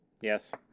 Yes